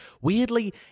weirdly